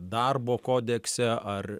darbo kodekse ar